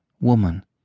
woman